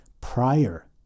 prior